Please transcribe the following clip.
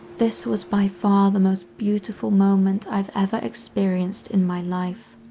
this was by far the most beautiful moment i have ever experienced in my life.